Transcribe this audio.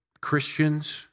Christians